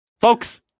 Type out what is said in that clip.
Folks